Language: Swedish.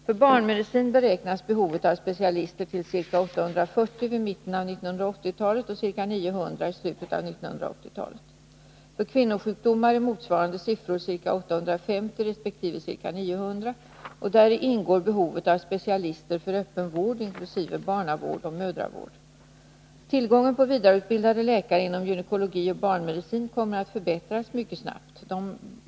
För barnmedicin beräknas behovet av specialister till ca 840 vid mitten av 1980-talet och ca 900 i slutet av 1980-talet. För kvinnosjukdomar är motsvarande siffror ca 850 resp. ca 900. Däri ingår behovet av specialister för öppen vård, inkl. barnavård och mödravård. Tillgången på vidareutbildade läkare inom gynekologi och barnmedicin kommer att förbättras mycket snabbt.